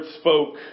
spoke